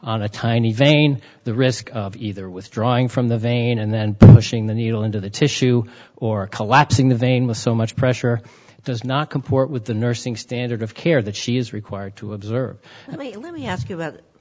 on a tiny vein the risk of either withdrawing from the vein and then pushing the needle into the tissue or collapsing the vein with so much pressure does not comport with the nursing standard of care that she is required to observe let me ask you about